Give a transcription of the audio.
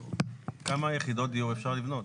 כמה יחידות דיור אפשר לבנות?